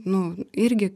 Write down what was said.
nu irgi